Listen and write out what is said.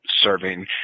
serving